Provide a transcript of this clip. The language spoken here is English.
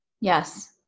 Yes